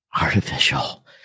artificial